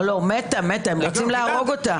היא לא מתה, הם רוצים להרוג אותה.